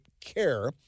care